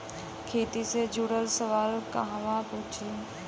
खेती से जुड़ल सवाल कहवा पूछी?